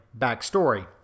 backstory